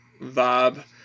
vibe